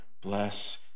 bless